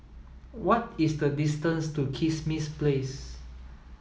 what is the distance to Kismis Place